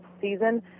season